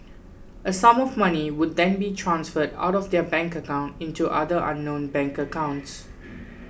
a sum of money would then be transferred out of their bank account into other unknown bank accounts